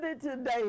today